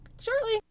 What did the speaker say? shortly